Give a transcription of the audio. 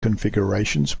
configurations